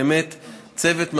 באמת צוות מדהים,